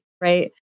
right